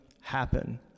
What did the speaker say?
happen